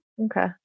Okay